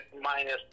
minus